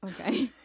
Okay